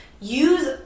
use